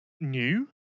new